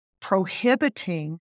prohibiting